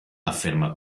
afferma